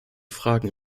fragen